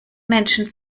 menschen